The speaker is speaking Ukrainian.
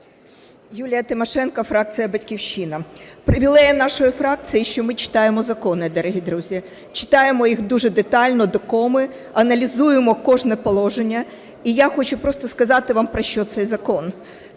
Юлія Тимошенко, фракція "Батьківщина". Привілей нашої фракції – що ми читаємо закони, дорогі друзі. Читаємо їх дуже детально, до коми, аналізуємо кожне положення. І я хочу просто сказати вам, про що цей закон.